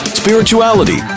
spirituality